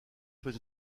peut